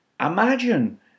Imagine